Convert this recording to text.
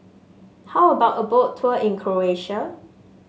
how about a Boat Tour in Croatia